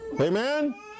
Amen